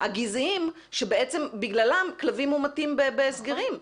הגזעיים שבעצם בגללם כלבים מומתים בהסגרים.